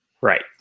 Right